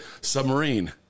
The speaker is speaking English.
submarine